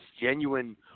genuine